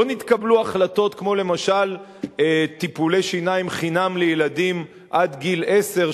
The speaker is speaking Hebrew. לא נתקבלו החלטות כמו למשל טיפולי שיניים חינם לילדים עד גיל עשר,